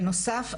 בנוסף,